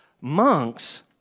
Monks